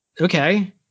Okay